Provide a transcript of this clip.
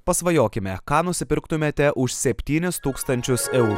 pasvajokime ką nusipirktumėte už septynis tūkstančius eurų